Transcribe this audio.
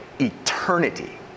eternity